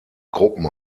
gruppen